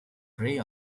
prey